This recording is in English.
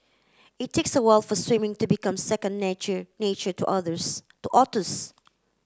it takes a while for swimming to become second nature to others to otters